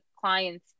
clients